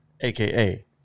aka